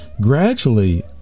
Gradually